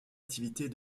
activités